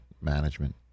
management